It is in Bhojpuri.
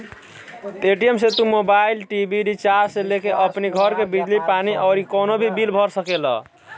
पेटीएम से तू मोबाईल, टी.वी रिचार्ज से लेके अपनी घर के बिजली पानी अउरी कवनो भी बिल भर सकेला